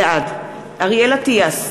בעד אריאל אטיאס,